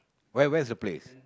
where where is the place